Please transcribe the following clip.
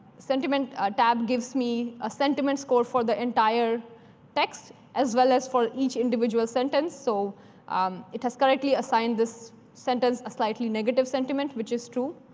ah tab gives me a sentiment score for the entire text, as well as for each individual sentence. so it has correctly assigned this sentence a slightly negative sentiment, which is true.